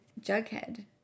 Jughead